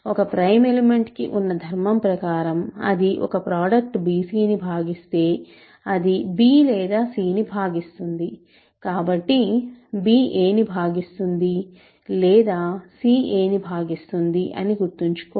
ఒక prime element కి ఉన్న ధర్మం ప్రకారం అది ఒక ప్రాడక్ట్ bc ని భాగిస్తే అది b లేదా c ను భాగిస్తుంది కానీ b a ని భాగిస్తుంది లేదా c a ని భాగిస్తుంది అని గుర్తుంచుకోండి